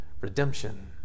redemption